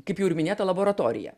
kaip jau ir minėta laboratoriją